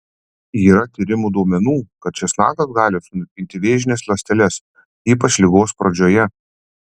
yra tyrimų duomenų kad česnakas gali sunaikinti vėžines ląsteles ypač ligos pradžioje